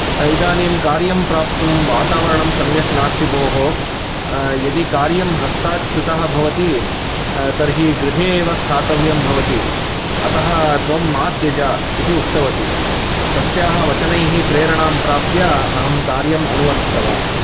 इदानीं कार्यं प्राप्तुं वातावरणं सम्यक् नास्ति भोः यदि कार्यं हस्तात् च्युतः भवति तर्हि गृहे एव स्थातव्यं भवति अतः त्वं मा त्यज इति उक्तवती तस्याः वचनैः प्रेरणां प्राप्य कार्यम् अनुवर्तितवान्